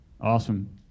Awesome